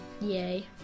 yay